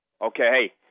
Okay